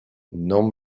non